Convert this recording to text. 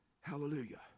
Hallelujah